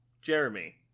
Jeremy